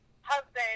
husband